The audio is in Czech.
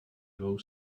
dvou